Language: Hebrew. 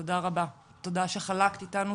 תודה שחלקת איתנו,